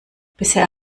bisher